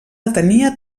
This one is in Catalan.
atenia